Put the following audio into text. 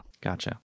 Gotcha